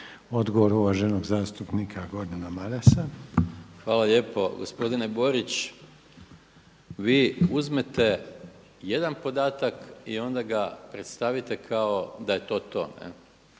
Odgovor uvaženog zastupnika Gordana Marasa. **Maras, Gordan (SDP)** Hvala lijepo. Gospodine Borić, vi uzmete jedan podatak i onda ga predstavite da je to to.